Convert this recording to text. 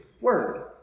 word